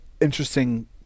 interesting